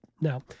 Now